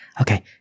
Okay